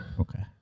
Okay